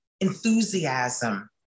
enthusiasm